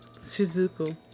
Shizuku